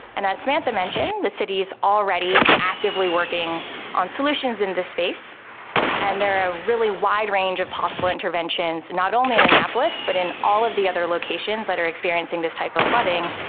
and as samanthe mentioned, the city is already actively working on solutions in this space and there are a really wide range of possible interventions, not only in annapolis but in all of the other locations that are experiencing this type of flooding,